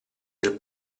del